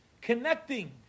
connecting